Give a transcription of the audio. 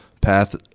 path